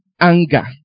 anger